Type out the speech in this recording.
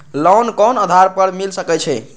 Loan कोन आधार पर मिल सके छे?